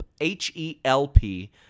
H-E-L-P